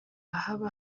haba